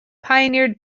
pioneered